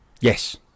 Yes